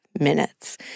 minutes